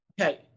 okay